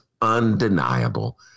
undeniable